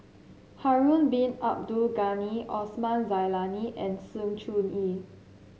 Harun Bin Abdul Ghani Osman Zailani and Sng Choon Yee